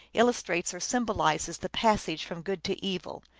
illustrates or symbolizes the passage from good to evil,